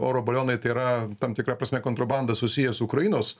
oro balionai tai yra tam tikra prasme kontrabanda susiję su ukrainos